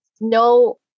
No